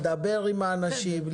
לדבר עם האנשים,